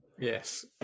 yes